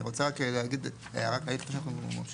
אני רוצה רק להגיד הערה כללית לפני שאנחנו ממשיכים.